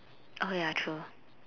oh ya true